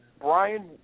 Brian